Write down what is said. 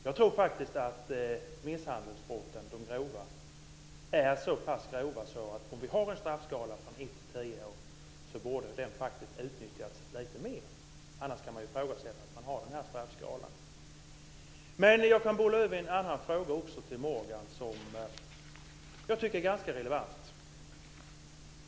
Jag tror faktiskt att just misshandelsbrotten om några är så grova att en straffskala om 1 till 10 år faktiskt borde utnyttjas lite mer. Man kan annars fråga sig varför vi har den här straffskalan. Jag kan till Morgan bolla över också en annan fråga som jag tycker är ganska relevant.